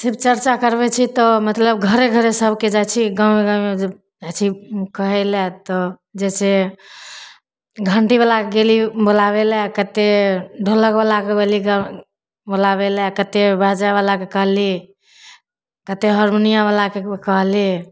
शिव चर्चा करबै छी तऽ मतलब घरे घरे सभके जाइ छिए गामे गामे जे जाइ छी कहैलए तऽ जइसे घण्टीवला गेली बुलाबैलए कतेक ढोलकवलाके गेली बुलाबैलए कतेक बाजावलाके कहली कतेक हारमोनियमवलाके कहली